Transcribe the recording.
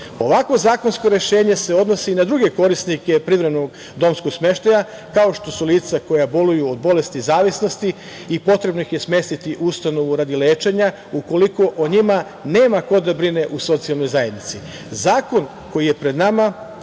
zakonsko rešenje se odnosi i na druge korisnike privremenog domskog smeštaja, kao što su lica koja boluju od bolesti zavisnosti i potrebno ih je smestiti u ustanovu radi lečenja, ukoliko o njima nema ko da brine u socijalnoj zajednici. Zakon koji je pred nama,